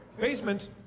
basement